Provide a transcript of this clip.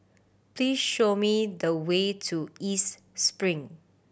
please show me the way to East Spring